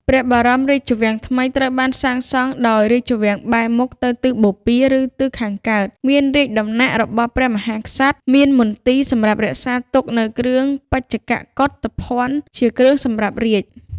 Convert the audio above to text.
ព្រះបរមរាជវាំងថ្មីត្រូវបានសាងសង់ ដោយរាជវាំងប៊ែរមុខទៅទិសបូព៌ា (ឬ ទិសខាងកើត) មានរាជដំណាក់ របស់ព្រះមហាក្សត្រ មានមន្ទីរសម្រាប់រក្សាទុកនៅគ្រឿងបញ្ចកកុធភណ្ឌ (ជាគ្រឿងសម្រាប់រាជ)។